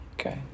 Okay